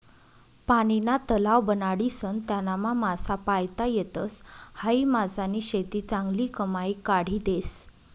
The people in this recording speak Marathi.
पानीना तलाव बनाडीसन त्यानामा मासा पायता येतस, हायी मासानी शेती चांगली कमाई काढी देस